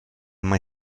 mai